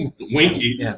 winky